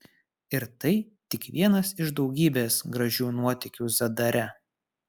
ir tai tik vienas iš daugybės gražių nuotykių zadare